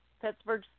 Pittsburgh